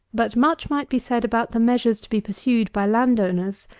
but much might be said about the measures to be pursued by land-owners,